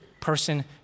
person